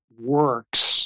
works